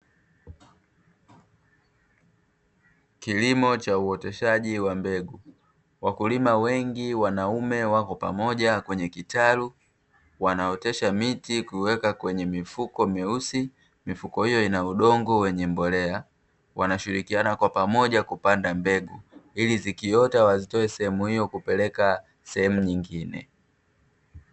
Kilimo cha uoteshaji wa mbegu. Wakulima wengi wanaume wapo pamoja kwenye kitalu wanaotesha miti kuwekwa kwenye mifuko meusi. Mifuko hiyo ina udongo wenye mbolea, wanashirikiana kwa pamoja kupanda mbegu ili zikiota wazitoe sehemu hiyo kupeleka sehemu nyingine.